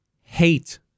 hate